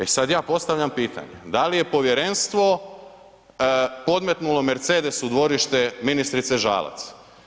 E sad ja postavljam pitanje, da li je povjerenstvo podmetnulo Mercedes u dvorište ministrice Žalac?